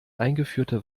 eingeführte